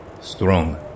strong